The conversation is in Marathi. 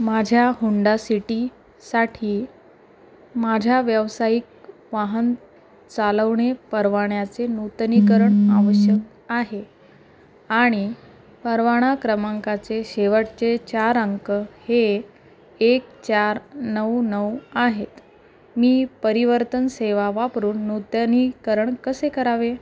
माझ्या हुंडा सिटीसाठी माझ्या व्यावसायिक वाहन चालवणे परवान्याचे नूतनीकरण आवश्यक आहे आणि परवाना क्रमांकाचे शेवटचे चार अंक हे एक चार नऊ नऊ आहेत मी परिवर्तन सेवा वापरून नूतनीकरण कसे करावे